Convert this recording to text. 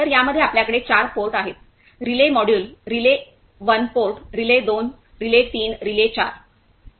तर यामध्ये आपल्याकडे चार पोर्ट आहेत relay module relay १ port relay २ relay 3 relay 4